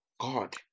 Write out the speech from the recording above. god